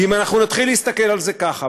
ואם אנחנו נתחיל להסתכל על זה ככה,